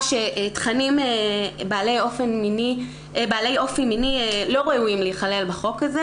שתכנים בעלי אופי מיני לא ראויים להיכלל בחוק הזה.